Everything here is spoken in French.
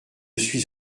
suis